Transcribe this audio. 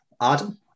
Adam